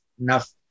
enough